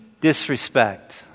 disrespect